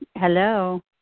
Hello